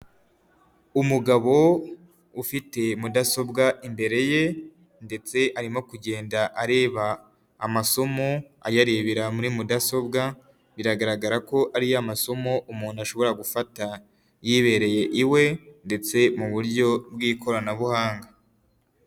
Umugabo ufite mudasobwa imbere ye, ndetse arimo kugenda areba amasomo ayarebera muri mudasobwa, biragaragara ko ari ya masomo umuntu ashobora gufata yibereye iwe, ndetse mu buryo bw'ikoranabuhanga.